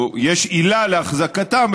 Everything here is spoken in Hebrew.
או יש עילה להחזקתן,